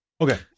Okay